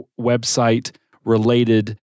website-related